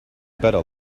better